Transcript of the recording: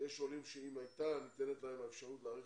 יש עולים שאם הייתה ניתנת להם האפשרות להאריך